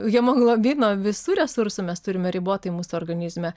hemoglobino visų resursų mes turime ribotai mūsų organizme